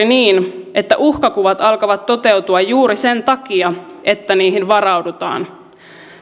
niin että uhkakuvat alkavat toteutua juuri sen takia että niihin varaudutaan